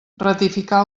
ratificar